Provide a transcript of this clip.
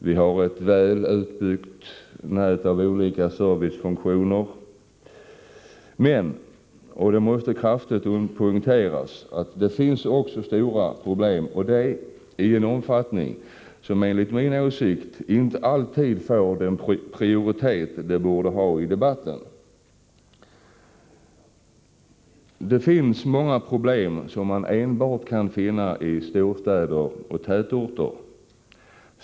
Vi har ett väl utbyggt nät av olika servicefunktioner. Men — och det måste kraftigt poängteras — det finns också stora problem, och det i sådan omfattning att de enligt min åsikt inte alltid får den prioritet som de borde ha i debatten. Det finns många problem som man enbart kan finna i storstäder och andra tätorter.